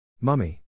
Mummy